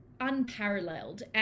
unparalleled